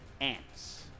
Ants